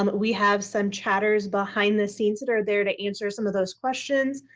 um we have some chatters behind the scenes that are there to answer some of those questions.